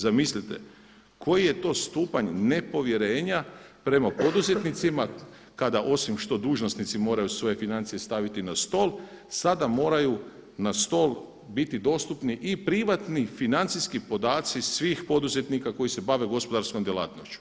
Zamislite, koji je to stupanj nepovjerenja prema poduzetnicima kada osim što dužnosnici moraju svoje financije staviti na stol, sada moraju na stol biti dostupni i privatni financijski podaci svih poduzetnika koji se bave gospodarskom djelatnošću.